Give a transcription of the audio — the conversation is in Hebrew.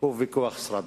הוא ויכוח סרק.